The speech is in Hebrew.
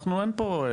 אנחנו אין פה,